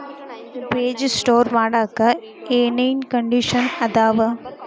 ಬೇಜ ಸ್ಟೋರ್ ಮಾಡಾಕ್ ಏನೇನ್ ಕಂಡಿಷನ್ ಅದಾವ?